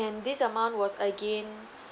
and this amount was again